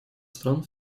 стран